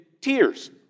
tears